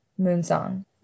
Moonsong